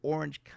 Orange